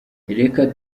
reka